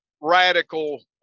radical